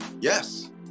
Yes